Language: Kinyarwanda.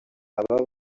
aba